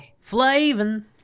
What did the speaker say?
Flavin